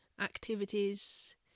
activities